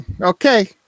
Okay